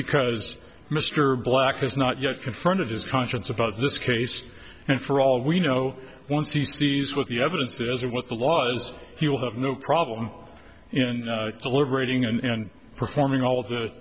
because mr black has not yet confronted his conscience about this case and for all we know once he sees what the evidence is as for what the laws you'll have no problem in the liberating and performing all